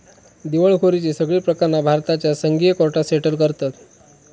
दिवळखोरीची सगळी प्रकरणा भारताच्या संघीय कोर्टात सेटल करतत